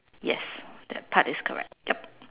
yes that part is correct yup